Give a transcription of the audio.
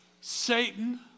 Satan